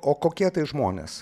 o kokie tai žmonės